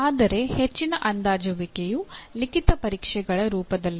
ಆದರೆ ಹೆಚ್ಚಿನ ಅಂದಾಜುವಿಕೆಯು ಲಿಖಿತ ಪರೀಕ್ಷೆಗಳ ರೂಪದಲ್ಲಿದೆ